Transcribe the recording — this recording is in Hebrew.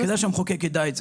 כדאי שהמחוקק יידע את זה.